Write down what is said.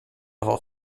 level